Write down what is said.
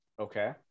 Okay